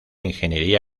ingeniería